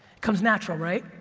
comes natural, right?